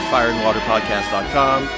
FireAndWaterPodcast.com